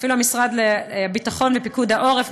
אפילו משרד הביטחון ופיקוד העורף,